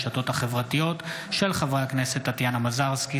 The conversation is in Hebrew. בהצעתם של חברי הכנסת טטיאנה מזרסקי,